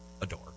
adore